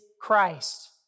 Christ